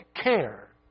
care